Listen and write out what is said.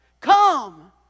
Come